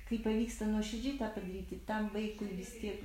kai pavyksta nuoširdžiai tą padaryti tam vaikui vis tiek